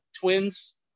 Twins